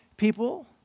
people